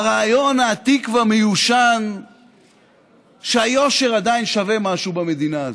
ברעיון העתיק והמיושן שהיושר עדיין שווה משהו במדינה הזאת.